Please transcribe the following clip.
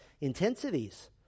intensities